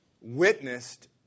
witnessed